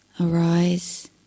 arise